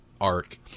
arc